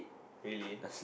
really